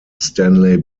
stanley